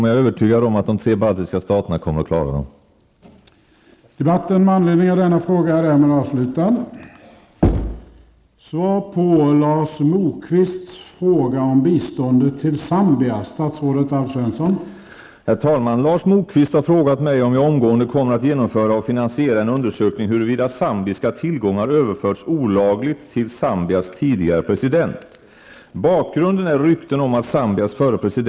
Men jag är övertygad om att de tre baltiska staterna kommer att klara av dem.